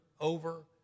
over